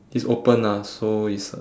it's open ah so it's a